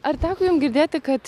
ar teko jum girdėti kad